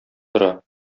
тора